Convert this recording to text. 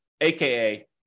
aka